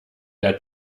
der